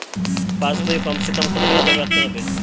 পাশ বইয়ে কমসেকম কত টাকা জমা রাখতে হবে?